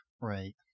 Right